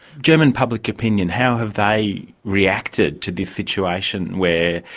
german public opinion, how have they reacted to this situation where.